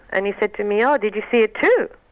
and he said to me, oh, did you see it too?